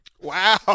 Wow